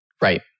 right